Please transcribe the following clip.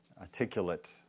articulate